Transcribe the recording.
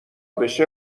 بشه